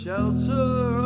shelter